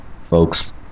folks